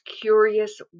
curious